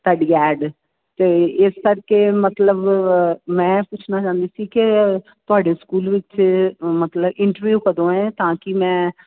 ਤੁਹਾਡੀ ਐਡ ਅਤੇ ਇਸ ਕਰਕੇ ਮਤਲਬ ਮੈਂ ਪੁੱਛਣਾ ਚਾਹੁੰਦੀ ਸੀ ਕਿ ਤੁਹਾਡੇ ਸਕੂਲ ਵਿੱਚ ਮਤਲਬ ਇੰਟਰਵਿਊ ਕਦੋਂ ਹੈ ਤਾਂ ਕਿ ਮੈਂ